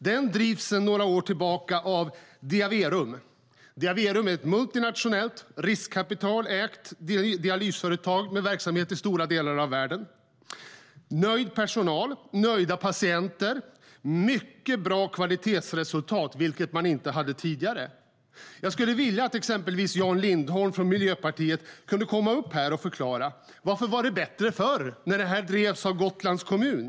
Den drivs sedan några år tillbaka av Diaverum som är ett multina-tionellt, riskkapitalägt dialysföretag med verksamhet i stora delar av världen. Man har nöjd personal, nöjda patienter och mycket bra kvalitetsresultat, vilket man inte hade tidigare. Jag skulle vilja att exempelvis Jan Lindholm från Miljöpartiet kunde komma upp här och förklara varför det här var bättre förr när det drevs av Gotlands kommun.